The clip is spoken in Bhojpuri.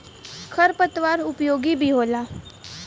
खर पतवार उपयोगी भी होला